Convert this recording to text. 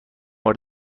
بار